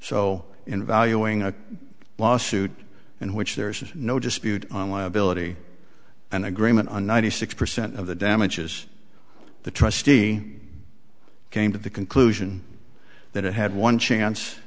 so in valuing a lawsuit in which there's no dispute on liability and agreement on ninety six percent of the damages the trustee came to the conclusion that it had one chance